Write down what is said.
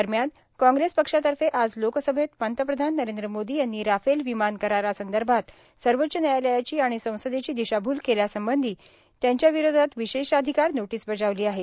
दरम्यान कांग्रेस पक्षातर्फे आज लोकसभेत पंतप्रधान नरेंद्र मोदी यांनी राफेल विमान करारासंदर्भात सर्वोच्च न्यायालयाची आणि संसदेची दिशाभूल केल्यासंबंधी त्यांच्याविरोधात विशेषाधिकार नोटिस बजावली आहे